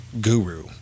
guru